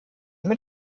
mit